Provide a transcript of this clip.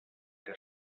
que